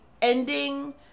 Ending